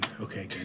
Okay